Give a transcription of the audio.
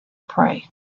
pray